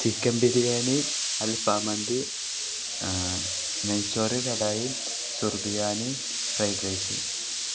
chicken biryani alfaham mandi നെയ്ച്ചോറ് കടായി സുർബിയാനി fried rice